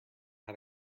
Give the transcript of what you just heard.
had